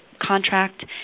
contract